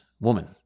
woman